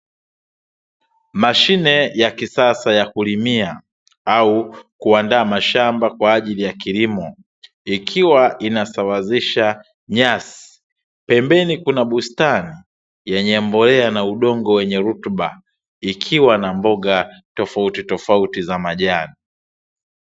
Mashine ya kisasa ya kulimia au kuandaa mashamba kwa ajili ya kilimo, ikiwa inasawazisha nyasi. Pembeni kuna bustani yenye mbolea na udongo wenye rutuba, ikiwa na mboga tofautitofauti za majani.